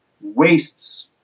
wastes